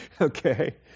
Okay